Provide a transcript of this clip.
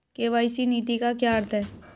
KYC नीति का क्या अर्थ है?